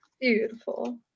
Beautiful